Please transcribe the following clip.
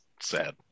sad